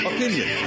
Opinion